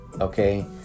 okay